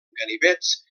ganivets